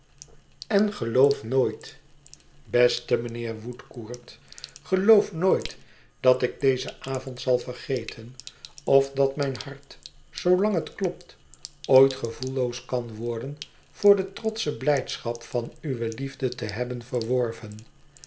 en geloof nooit beste mijnheer woodcourt geloof nooit dat ik dezen avond zal vergeten of dat mijn hart zoolang het klopt ooit gevoelloos kan worden voor de trotsche blijdschap van uwe liefde te hebben verworven